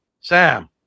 Sam